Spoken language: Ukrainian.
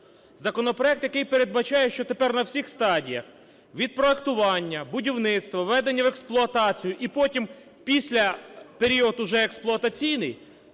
законопроект, який передбачає, що тепер на всіх стадіях від проектування, будівництва, введення в експлуатацію і потім після в період уже експлуатаційний